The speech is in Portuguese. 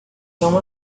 são